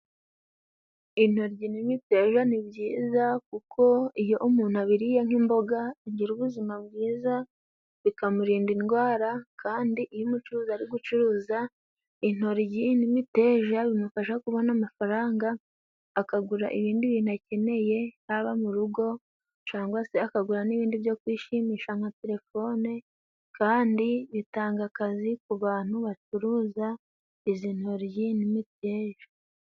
Intoryi n'imiteja ni byiza kuko iyo umuntu abiriye nk'imboga agira ubuzima bwiza, bikamurinda indwara kandi iyo umucuruzi ari gucuruza intoryi n'imiteja bimufasha kubona amafaranga, akagura ibindi bintu akeneye haba mu rugo cyangwa se akagura n'ibindi byo kwishimisha nka telefone, kandi bitanga akazi ku bantu bacuruza izi ntoryi n'imiteja.